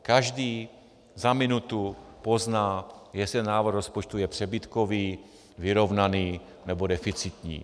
Každý za minutu pozná, jestli návrh rozpočtu je přebytkový, vyrovnaný nebo deficitní.